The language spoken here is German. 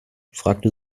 fragte